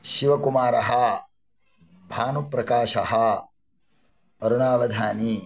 शिवकुमारः भानुप्रकाशः अरुणावधानी